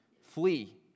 Flee